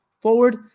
forward